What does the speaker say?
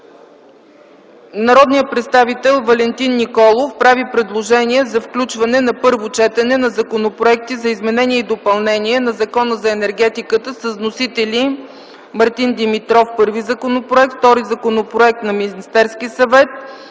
народният представител Валентин Николов прави предложение за включване на първо четене на законопроекти за изменение и допълнение на Закона за енергетиката с вносители Мартин Димитров – първи законопроект; вторият законопроект е на Министерския съвет;